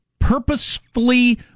purposefully